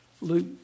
Luke